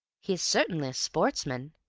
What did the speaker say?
he is certainly a sportsman,